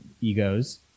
egos